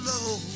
Low